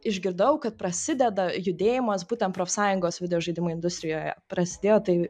išgirdau kad prasideda judėjimas būtent profsąjungos videožaidimų industrijoje prasidėjo tai